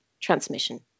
transmission